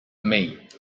maid